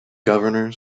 governor